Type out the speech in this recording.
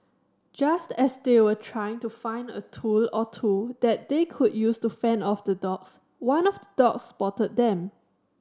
just as they were trying to find a tool or two that they could use to fend off the dogs one of the dogs spotted them